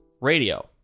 Radio